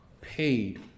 paid